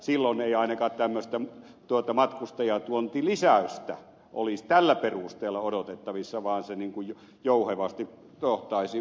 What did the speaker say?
silloin ei ainakaan tämmöistä matkustajatuontilisäystä olisi tällä perusteella odotettavissa vaan se jouhevasti johtaisi järkevämpään politiikkaan